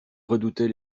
redoutait